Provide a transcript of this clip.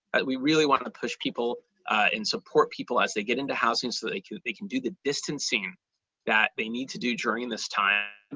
we really want to push people and support people as they get into housing so that they can they can do the distancing that they need to do during this time.